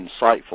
insightful